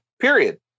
period